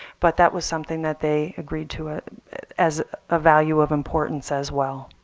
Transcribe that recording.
but that was something that they agreed to ah as a value of importance as well.